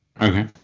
okay